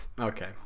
okay